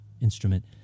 instrument